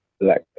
black